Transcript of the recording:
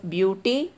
Beauty